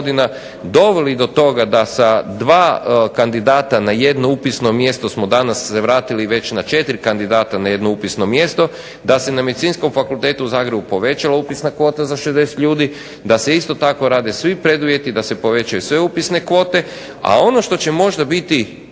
doveli do toga da sa dva kandidata na jedno upisno mjesto smo danas se vratili već na četiri kandidata na jedno upisno mjesto, da se na Medicinskom fakultetu u Zagrebu povećala upisna kvota za 60 ljudi, da se isto tako rade svi preduvjeti da se povećaju sve upisne kvote, a ono što će možda biti